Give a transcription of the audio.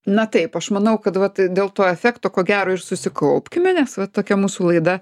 na taip aš manau kad vat dėl to efekto ko gero ir susikaupkime nes va tokia mūsų laida